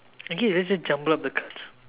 okay let's just jumble up the cards